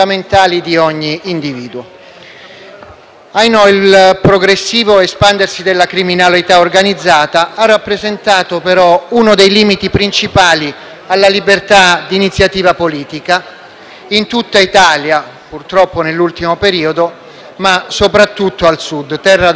Il progressivo espandersi della criminalità organizzata ha rappresentato, però, uno dei limiti principali alla libertà di iniziativa politica, purtroppo in tutto Italia nell'ultimo periodo, ma soprattutto al Sud, terra dalla quale anch'io provengo.